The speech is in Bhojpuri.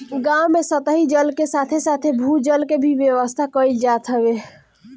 गांव में सतही जल के साथे साथे भू जल के भी व्यवस्था कईल जात हवे